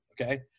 okay